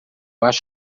acho